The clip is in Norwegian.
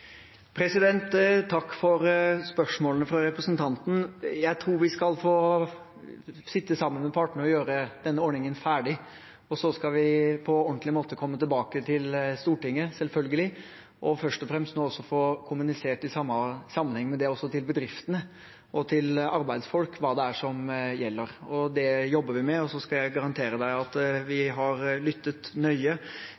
Takk for spørsmålene fra representanten. Jeg tror vi skal få sitte sammen med partene og gjøre denne ordningen ferdig, og så skal vi selvfølgelig på ordentlig måte komme tilbake til Stortinget – og først og fremst i sammenheng med det få kommunisert også til bedriftene og til arbeidsfolk hva som gjelder. Det jobber vi med. Så skal jeg garantere at vi